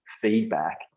feedback